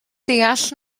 deall